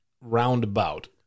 roundabout